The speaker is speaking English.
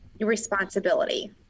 responsibility